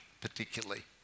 particularly